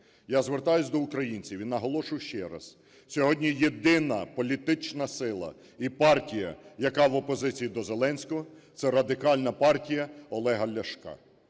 Я звертаюсь до українців і наголошую ще раз: сьогодні єдина політична сила і партія, яка в опозиції до Зеленського, – це Радикальна партія Олега Ляшка.